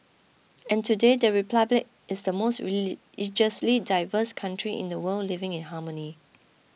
and today the republic is the most religiously diverse country in the world living in harmony